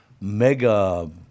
mega